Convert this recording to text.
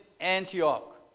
Antioch